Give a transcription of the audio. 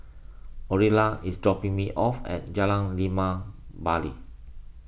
Orilla is dropping me off at Jalan Limau Bali